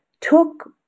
took